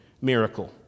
miracle